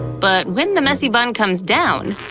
but when the messy bun comes down,